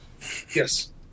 Yes